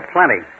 Plenty